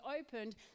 opened